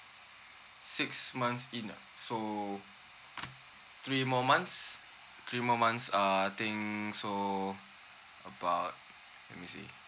six months in ah so three more months three more months I think so about let me see